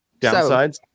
Downsides